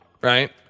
right